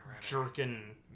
jerking